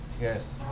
yes